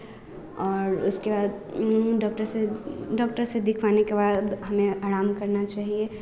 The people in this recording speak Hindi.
और उसके बाद डॉक्टर से डॉक्टर से दिखवाने के बाद हमे आराम करना चाहिए